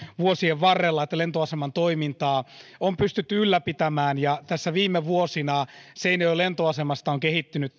vuosien varrella että lentoaseman toimintaa on pystytty ylläpitämään ja viime vuosina seinäjoen lentoasemasta on kehittynyt